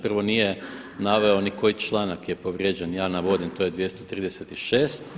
Prvo nije naveo ni koji članak je povrijeđen, ja navodim to je 236.